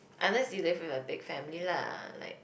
unless you live with your big family lah like